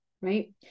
right